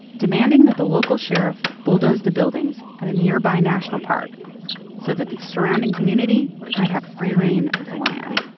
demanding that the local sheriff bulldoze the buildings at a nearby national park so that the surrounding community might have free reign of the land